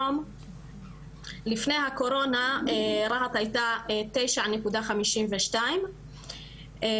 לפני הקורונה רהט הייתה תשע נקודה חמישים ושתיים,